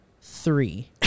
three